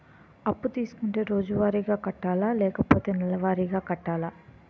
అప్పు తీసుకుంటే రోజువారిగా కట్టాలా? లేకపోతే నెలవారీగా కట్టాలా?